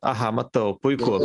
aha matau puiku